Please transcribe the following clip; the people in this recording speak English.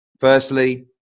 Firstly